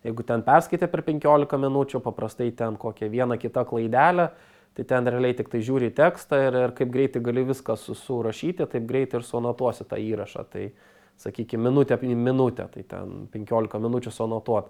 jeigu ten perskaitė per penkiolika minučių paprastai ten kokia viena kita klaidelė tai ten realiai tiktai žiūri į tekstą ir ir kaip greitai gali viską su surašyti taip greit ir suanotuosi tą įrašą tai sakykim minutė minutė tai ten penkiolika minučių suanotuot